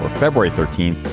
february thirteen,